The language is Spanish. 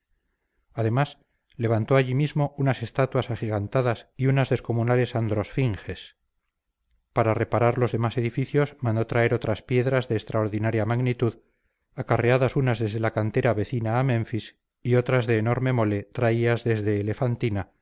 además levantó allí mismo unas estatuas agigantadas y unas descomunales androsfinges para reparar los demás edificios mandó traer otras piedras de extraordinaria magnitud acarreadas unas desde la cantera vecina a menfis y otras de enorme mole traídas desde